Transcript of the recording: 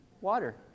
water